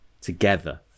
together